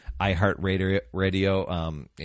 iHeartRadio